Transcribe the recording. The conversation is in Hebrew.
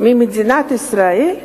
ממדינת ישראל,